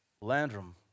Landrum